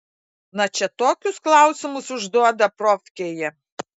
na čia tokius klausimus užduoda profkėje